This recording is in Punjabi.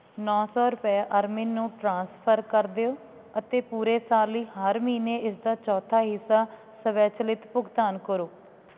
ਨੌ ਸੌ ਰੁਪਏ ਅਰਮਿਨ ਨੂੰ ਟ੍ਰਾਂਸਫਰ ਕਰ ਦਿਓ ਅਤੇ ਪੂਰੇ ਸਾਲ ਲਈ ਹਰ ਮਹੀਨੇ ਇਸਦਾ ਚੌਥਾ ਹਿੱਸਾ ਸਵੈਚਲਿਤ ਭੁਗਤਾਨ ਕਰੋ